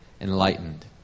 enlightened